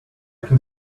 can